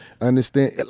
Understand